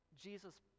Jesus